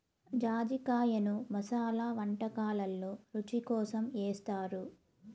జాజికాయను మసాలా వంటకాలల్లో రుచి కోసం ఏస్తారు